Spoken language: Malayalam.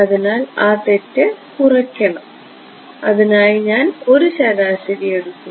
അതിനാൽ ആ തെറ്റ് കുറയ്ക്കണം അതിനായി ഞാൻ ഒരു ശരാശരി എടുക്കുന്നു